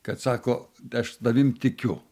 kad sako aš tavim tikiu